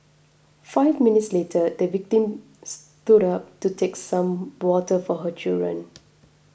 five minutes later the victim stood up to take some water for her children